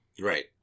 Right